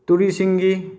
ꯇꯨꯔꯤꯁꯤꯡꯒꯤ